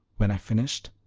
when i finished,